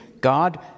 God